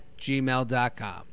gmail.com